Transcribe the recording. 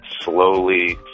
slowly